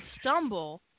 stumble